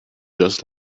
just